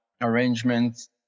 arrangements